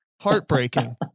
Heartbreaking